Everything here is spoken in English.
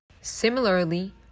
Similarly